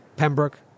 Pembroke